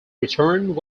returned